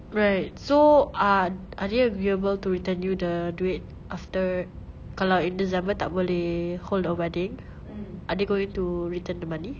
right so ar~ are they agreeable to return you the duit after kalau in december tak boleh hold a wedding are they going to return the money